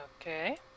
Okay